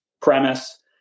premise